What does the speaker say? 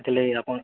ସେଥିର୍ଲାଗି ଆପଣ୍